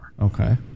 Okay